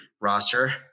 roster